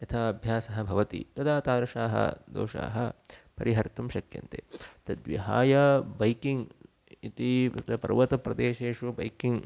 यथा अभ्यासः भवति तदा तादृशाः दोषाः परिहर्तुं शक्यन्ते तद्विहाय बैकिङ्ग् इति पर्वतप्रदेशेषु बैकिङ्ग्